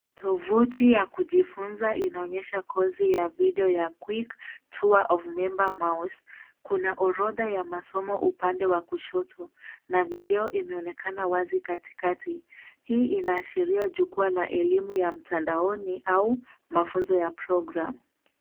Tovuti ya kujifunza inaonyesha kozi ya video ya Quick Tour of MemberMouse . Kuna orodha ya masomo upande wa kushoto na video imeonekana wazi katikati. Hii inaashiria jukwaa la elimu ya mtandaoni au mafunzo ya program .